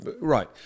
right